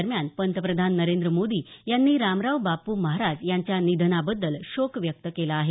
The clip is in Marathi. दरम्यान पंतप्रधान नरेंद्र मोदी यांनी रामाराव बापू महाराज यांच्या निधनाबद्दल शोक व्यक्त केला आहे